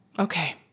okay